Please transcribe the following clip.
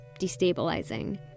destabilizing